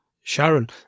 Sharon